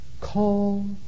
Call